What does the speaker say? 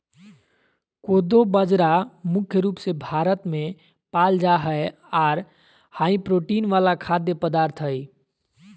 कोदो बाजरा मुख्य रूप से भारत मे पाल जा हय आर हाई प्रोटीन वाला खाद्य पदार्थ हय